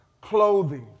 clothing